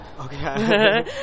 Okay